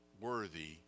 worthy